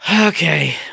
Okay